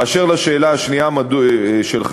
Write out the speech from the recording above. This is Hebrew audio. באשר לשאלה השנייה שלך,